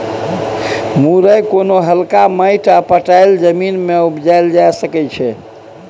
मुरय कोनो हल्का माटि आ पटाएल जमीन मे उपजाएल जा सकै छै